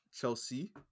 Chelsea